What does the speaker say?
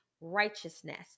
righteousness